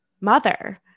mother